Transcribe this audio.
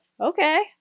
okay